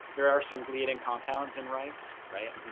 there are some gliadin compounds in rice, right.